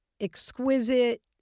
exquisite